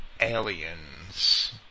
Aliens